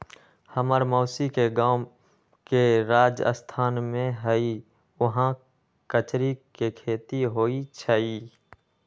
हम्मर मउसी के गाव जे राजस्थान में हई उहाँ कचरी के खेती होई छई